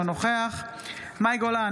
אינו נוכח מאי גולן,